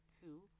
two